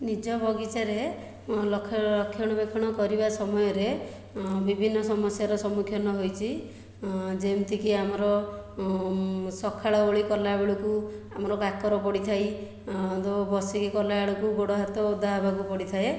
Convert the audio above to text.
ନିଜ ବଗିଚାରେ ରକ୍ଷଣା ବେକ୍ଷଣ କରିବା ସମୟରେ ବିଭିନ୍ନ ସମସ୍ୟାର ସମ୍ମୁଖୀନ ହୋଇଛି ଯେମିତିକି ଆମର ସକାଳ ଓଳି କଲାବେଳକୁ ଆମର କାକର ପଡ଼ିଥାଏ ତ' ବସିକି କଲାବେଳକୁ ଗୋଡ଼ ହାତ ଓଦା ହେବାକୁ ପଡ଼ିଥାଏ